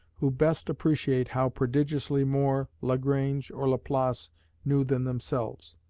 who best appreciate how prodigiously more lagrange or laplace knew than themselves.